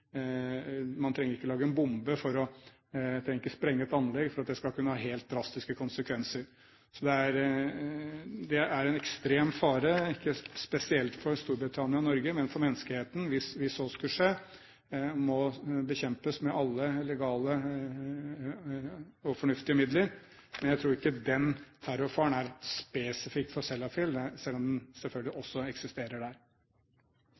man trenger ikke lage en bombe, trenger ikke sprenge et anlegg for at det skal kunne ha helt drastiske konsekvenser. Så det er en ekstrem fare, ikke spesielt for Storbritannia og Norge, men for menneskeheten hvis så skulle skje, og det må bekjempes med alle legale og fornuftige midler. Men jeg tror ikke den terrorfaren er spesifikk for Sellafield, selv om den selvfølgelig også eksisterer der.